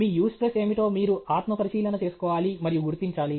మీ eustress ఏమిటో మీరు ఆత్మపరిశీలన చేసుకోవాలి మరియు గుర్తించాలి